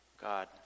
God